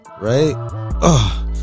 Right